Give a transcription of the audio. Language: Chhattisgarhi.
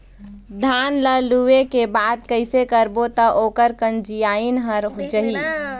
धान ला लुए के बाद कइसे करबो त ओकर कंचीयायिन हर जाही?